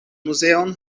muzeon